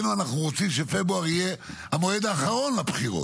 אמרת: אני חושב שמנהיג צריך להגיד דברים ברורים,